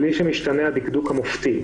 בלי שמשתנה הדקדוק המופתי,